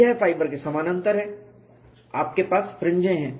यह फाइबर के समानांतर है आपके पास फ्रिंजें हैं